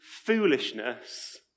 foolishness